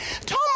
Tom